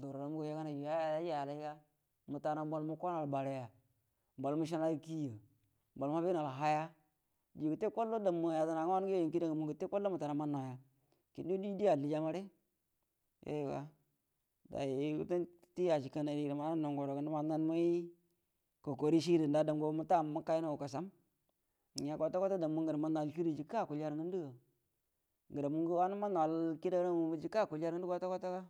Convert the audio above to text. ngərəmu go yagənay yu you yajayyalai ga mətanau mbal muko nauwal bareya, mbal məci nauwal kieya, mbal məbi nauwal haya diyyu gəte kol guəro damu mu yedəna ngwə wanə ngə youyu ngə kida gamuuga gəte kol guəro məta nau manmau ya, kəndə yuo dieyyu di alliya mare yoyuga day gumnati acie kanadi dongə manənan ngodongə nəma narmay kokori cie gode ɗamgo muta mukarnar kasam ngra kwafakali damma ngərə mətanau mannual gudə jəkə akuəlje, ngəramungə wanə ma naal kuda jəkə akuəljə rə kwatakwata